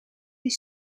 die